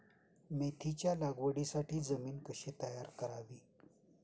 मेथीच्या लागवडीसाठी जमीन कशी तयार करावी?